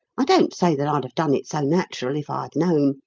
i don't say that i'd have done it so natural if i had known,